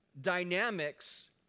dynamics